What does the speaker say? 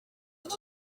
iki